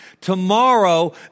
Tomorrow